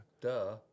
Duh